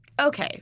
Okay